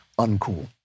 uncool